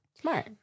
Smart